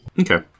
Okay